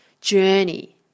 journey